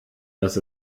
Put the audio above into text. dass